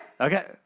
okay